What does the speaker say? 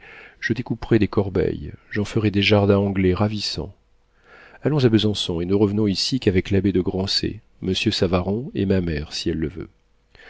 je découperai des corbeilles j'en ferai des jardins anglais ravissants allons à besançon et ne revenons ici qu'avec l'abbé de grancey monsieur savaron et ma mère si elle le veut